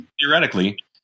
theoretically